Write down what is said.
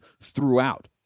throughout